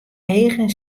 eagen